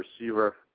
receiver